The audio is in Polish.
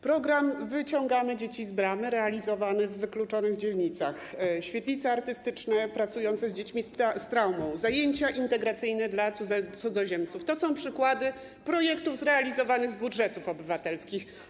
Program ˝Wyciągamy dzieci z bramy˝ realizowany w wykluczonych dzielnicach, świetlice artystyczne pracujące z dziećmi z traumą, zajęcia integracyjne dla cudzoziemców to są przykłady projektów zrealizowanych z budżetów obywatelskich.